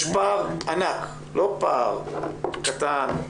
יש פער ענק, לא פער קטן,